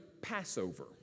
Passover